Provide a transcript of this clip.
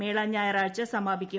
മേള ഞായറാഴ്ച സമാപിക്കും